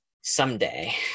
Someday